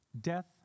Death